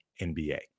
NBA